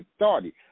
authority